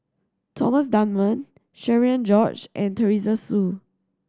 Thomas Dunman Cherian George and Teresa Hsu